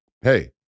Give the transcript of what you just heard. hey